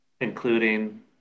including